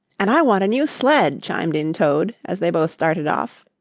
and i want a new sled, chimed in toad, as they both started off.